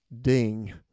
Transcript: ding